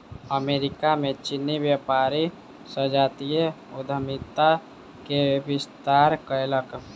America में चीनी व्यापारी संजातीय उद्यमिता के विस्तार कयलक